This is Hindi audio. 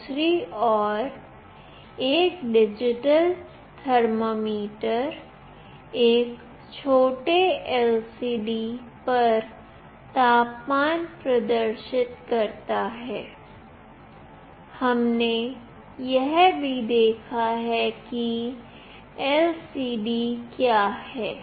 दूसरी ओर एक डिजिटल थर्मामीटर एक छोटे LCD पर तापमान प्रदर्शित करता है हमने यह भी देखा है किLCD क्या है